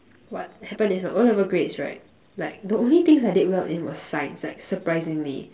what happen is my O level grades right like the only thing I did well in was science like surprisingly